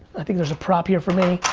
i think there's a prop here for me.